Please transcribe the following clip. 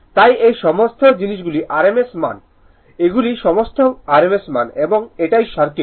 তাই এই সমস্ত জিনিসগুলি rms মান rms মান এগুলি সমস্ত rms মান এবং এটিই সার্কিট